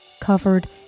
covered